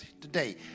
today